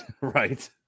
right